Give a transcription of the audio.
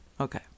Okay